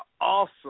awesome